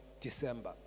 December